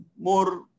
More